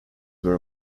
were